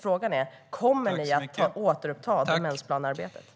Frågan är därför: Kommer ni att återuppta arbetet med en demensplan?